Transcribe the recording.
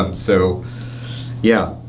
um so yeah,